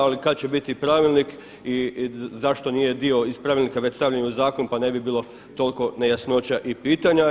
Ali kada će biti pravilnik i zašto nije dio iz pravilnika već stavljen u zakon pa ne bi bilo toliko nejasnoća i pitanja.